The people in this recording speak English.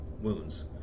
wounds